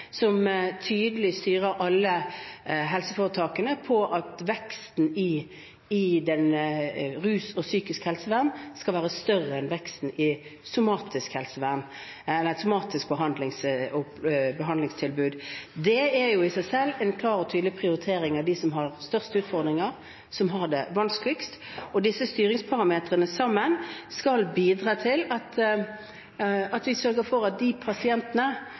som tydelig styrer alle helseforetakene i retning av at veksten innen rusbehandling og psykisk helsevern skal være større enn veksten i det somatiske behandlingstilbudet. Det er i seg selv en klar og tydelig prioritering av dem som har størst utfordringer, og som har det vanskeligst. Og sammen skal disse styringsparameterne bidra til at vi sørger for at de pasientene